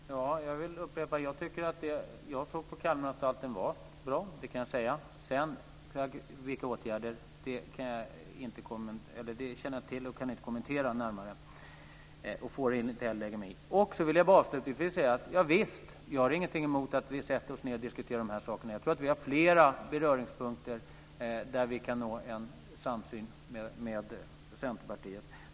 Fru talman! Jag vill upprepa att jag tycker att det jag såg på Kalmaranstalten var bra. Det kan jag säga. När det sedan gäller åtgärder känner jag inte till det. Det kan jag inte närmare kommentera, och det får jag inte heller lägga mig i. Avslutningsvis vill jag säga att jag inte har något emot att vi sätter oss ned och diskuterar de här sakerna. Jag tror att vi har fler beröringspunkter där vi kan nå en samsyn med Centerpartiet.